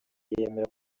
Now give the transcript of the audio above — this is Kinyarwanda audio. yemera